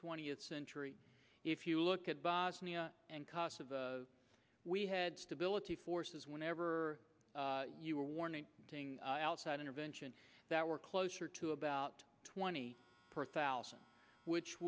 twentieth century if you look at bosnia and cost of we had stability forces whenever you were warning doing outside intervention that were closer to about twenty per thousand which